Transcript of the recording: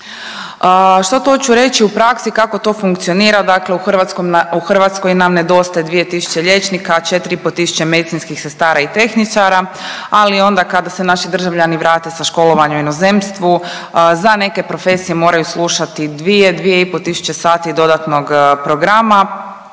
Što to hoću reći u praksi kako to funkcionira, dakle u Hrvatskoj nam nedostaje 2 tisuće liječnika, 4,5 tisuće medicinskih sestara i tehničara, ali onda kada se naši državljani vrate sa školovanja u inozemstvu za neke profesije moraju slušati, 2, 2,5 tisuće sati dodatnog programa